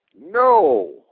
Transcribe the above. No